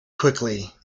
quickly